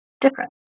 different